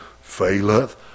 faileth